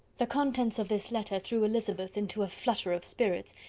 the contents of this letter threw elizabeth into a flutter of spirits,